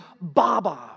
Baba